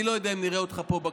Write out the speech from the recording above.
אני לא יודע אם נראה אותך בכנסת,